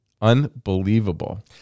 unbelievable